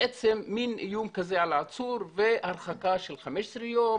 מעין איום על העצור והרחקה של 15 ימים